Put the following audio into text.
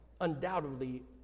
Undoubtedly